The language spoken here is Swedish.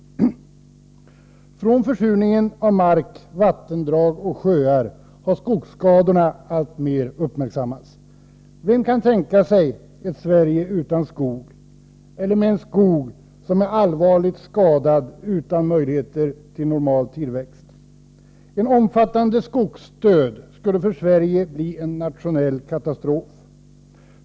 Tidigare gällde debatten mest försurningen av mark, vattendrag och sjöar, men skogsskadorna har alltmer uppmärksammats. Vem kan tänka sig ett Sverige utan skog eller med en skog som är allvarligt skadad utan möjligheter till normal tillväxt? En omfattande skogsdöd skulle för Sverige bli en nationell katastrof.